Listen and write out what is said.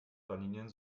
bahnlinien